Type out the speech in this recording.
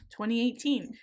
2018